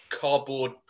cardboard